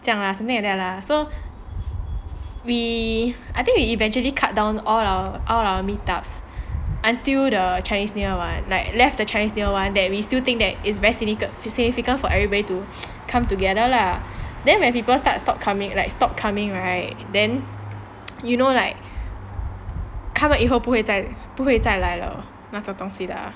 这样 lah something like that lah so we I think we eventually cut down all our our meet ups until the chinese new year one like left the chinese new year one that we still think that is very significant for everybody to come together lah then when people start stop coming like stop coming right then you know like 他们以后不会再不会再来了那种东西